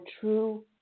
true